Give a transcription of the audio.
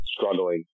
struggling